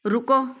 ਰੁਕੋ